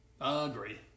Agree